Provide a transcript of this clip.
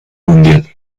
mundial